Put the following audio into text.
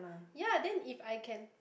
ya then if I can